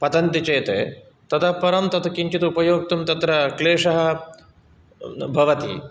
पतन्ति चेत् ततः परं तत् किञ्चित् उपयोक्तुं तत्र क्लेशः भवति